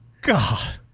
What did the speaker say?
God